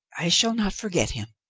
i shall not forget him.